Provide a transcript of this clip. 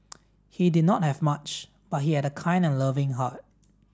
he did not have much but he had a kind and loving heart